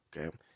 Okay